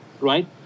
right